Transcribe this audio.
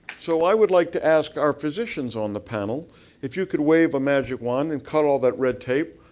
so i would like to ask our physicians on the panel if you could wave a magic wand and cut all that red tape.